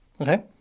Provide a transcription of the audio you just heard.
Okay